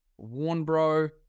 Warnbro